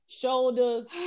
shoulders